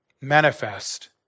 manifest